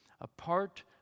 apart